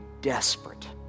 desperate